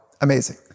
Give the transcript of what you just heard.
amazing